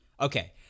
Okay